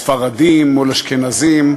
ספרדים מול אשכנזים,